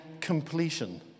completion